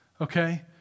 Okay